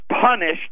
punished